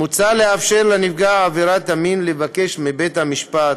מוצע לאפשר לנפגע עבירת המין לבקש מבית-המשפט